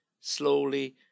slowly